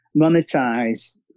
monetize